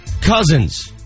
Cousins